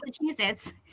Massachusetts